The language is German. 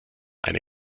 eine